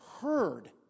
heard